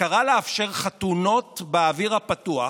קרא לאפשר חתונות באוויר הפתוח,